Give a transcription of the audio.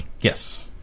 Yes